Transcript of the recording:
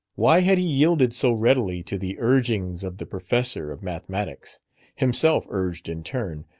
why had he yielded so readily to the urgings of the professor of mathematics himself urged in turn,